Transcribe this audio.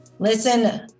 Listen